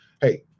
hey